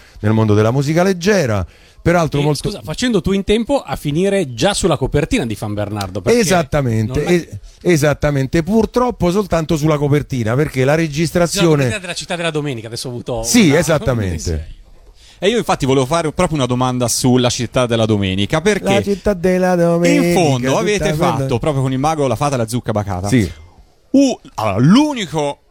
nel mondo della musica leggera. Peraltro Eh, molto- scusa, facendo tu in tempo a finire già sulla copertina di Fan Bernardo, perché Esattamente, non- es- esattamente. Purtroppo soltanto sulla copertina, perché la Sulla registrazione- copertina della Città della Domenica, adesso ho avuto una- Sì, esattamente. un disegno. E io infatti volevo fare proprio una domanda sulla Città della Domenica, La perché Città della in Domenica, fondo avete tutta quella- fatto, proprio con il mago, la fata, la zucca bacata. Sì. U- allora, l'unico-